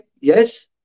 Yes